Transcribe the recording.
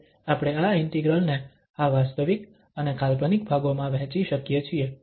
હવે આપણે આ ઇન્ટિગ્રલ ને આ વાસ્તવિક અને કાલ્પનિક ભાગોમાં વહેંચી શકીએ છીએ